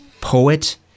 poet